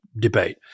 debate